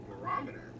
barometer